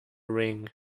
ring